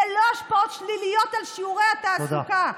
ללא השפעות שליליות על שיעורי התעסוקה.